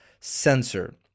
sensor